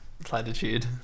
platitude